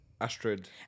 Astrid